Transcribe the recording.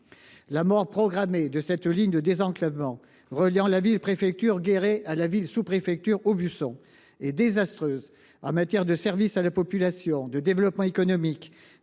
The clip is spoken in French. La mort programmée de cette ligne de désenclavement reliant la préfecture de Guéret à la sous préfecture d’Aubusson est désastreuse en matière de service à la population, de développement économique,